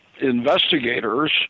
Investigators